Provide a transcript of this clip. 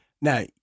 Now